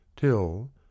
till